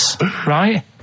right